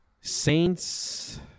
Saints